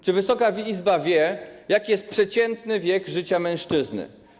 Czy Wysoka Izba wie, jaki jest przeciętny wiek życia mężczyzny?